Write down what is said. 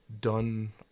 done